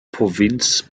provinz